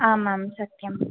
आम् आम् सत्यं